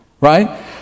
Right